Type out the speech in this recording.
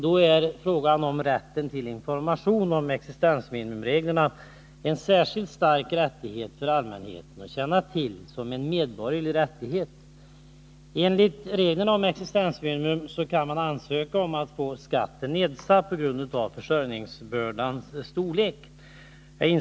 Då är information om dessa regler en medborgerlig rättighet. Enligt reglerna kan man ansöka om att få skatten nedsatt på grund av försörjningsbördans storlek.